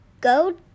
go